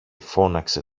φώναξε